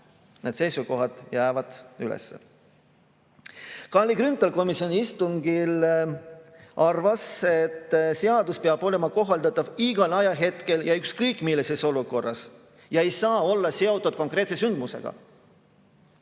need seisukohad jäävad alles. Kalle Grünthal komisjoni istungil arvas, et seadus peab olema kohaldatav igal ajahetkel ükskõik millises olukorras ja see ei saa olla seotud konkreetse sündmusega.